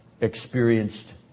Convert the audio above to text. experienced